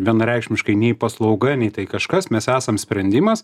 vienareikšmiškai nei paslauga nei tai kažkas mes esam sprendimas